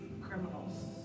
criminals